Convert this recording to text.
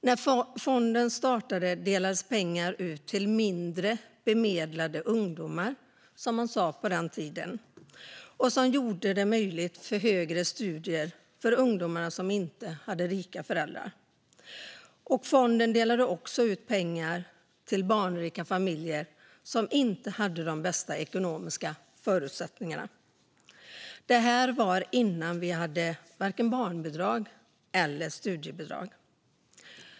När fonden startade delades pengar ut till mindre bemedlade ungdomar, som man sa på den tiden, vilket gjorde högre studier möjliga för de ungdomar som inte hade rika föräldrar. Fonden delade också ut pengar till barnrika familjer som inte hade de bästa ekonomiska förutsättningarna. Detta var innan vi hade vare sig barnbidrag eller studiebidrag.